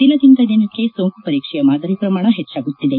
ದಿನದಿಂದ ದಿನಕ್ಕೆ ಸೋಂಕು ಪರೀಕ್ಷೆಯ ಮಾದರಿ ಪ್ರಮಾಣ ಹೆಚ್ಚಾಗುತ್ತಿದೆ